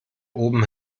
oben